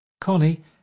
Connie